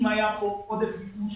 אם היה כאן עודף ביקוש,